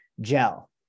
gel